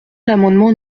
l’amendement